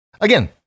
again